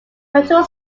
fertile